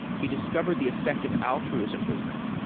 he discovered the effective altruism movement.